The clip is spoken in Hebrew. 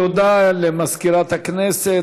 תודה למזכירת הכנסת.